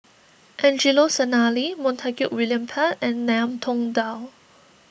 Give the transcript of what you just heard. Angelo Sanelli Montague William Pett and Ngiam Tong Dow